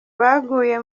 bavuye